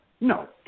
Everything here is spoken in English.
No